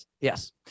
Yes